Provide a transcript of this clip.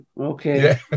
Okay